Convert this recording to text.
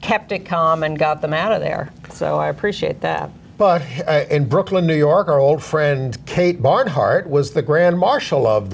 kept it calm and got them out of there so i appreciate that but in brooklyn new york our old friend kate barnhart was the grand marshal of the